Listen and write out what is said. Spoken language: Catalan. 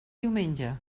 diumenge